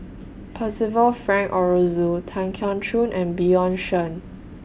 Percival Frank Aroozoo Tan Keong Choon and Bjorn Shen